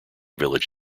village